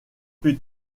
plus